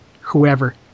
whoever